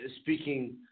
speaking –